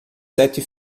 sete